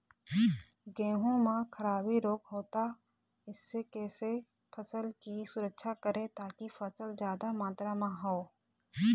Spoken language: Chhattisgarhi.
गेहूं म खराबी रोग होता इससे कैसे फसल की सुरक्षा करें ताकि फसल जादा मात्रा म हो?